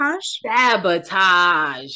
sabotage